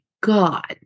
God